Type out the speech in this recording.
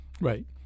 Right